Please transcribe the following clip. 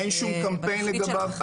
אין שום קמפיין לגביו,